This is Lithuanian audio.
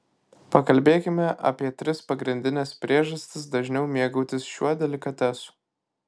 pakalbėkime apie tris pagrindines priežastis dažniau mėgautis šiuo delikatesu